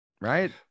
right